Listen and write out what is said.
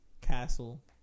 castle